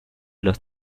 los